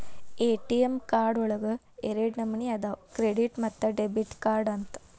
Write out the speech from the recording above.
ATM card ಒಳಗ ಎರಡ ನಮನಿ ಅದಾವ ಕ್ರೆಡಿಟ್ ಮತ್ತ ಡೆಬಿಟ್ ಕಾರ್ಡ್ ಅಂತ